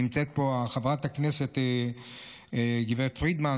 נמצאת פה חברת הכנסת גב' פרידמן,